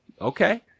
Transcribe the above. Okay